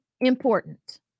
important